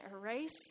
erase